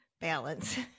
balance